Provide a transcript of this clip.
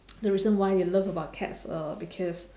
the reason why they love about cats uh because